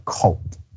cult